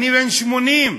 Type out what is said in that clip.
אני בן 80,